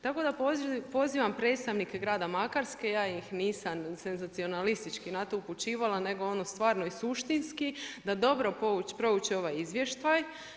Tako da pozivam predstavnike grada Makarske, ja ih nisam senzacionalistički na to upućivala, nego ono stvarno i suštinski da dobro prouči ovaj izvještaj.